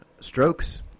strokes